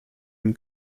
une